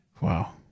Wow